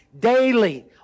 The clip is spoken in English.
daily